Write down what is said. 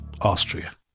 Austria